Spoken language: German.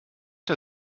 der